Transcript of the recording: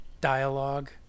dialogue